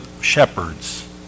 shepherds